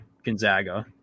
Gonzaga